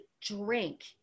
drink